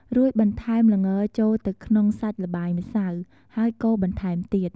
រួចបន្ថែុមល្ងចូលទៅក្នុងសាច់ល្បាយម្សៅ ហើយកូរបន្ថែមទៀត។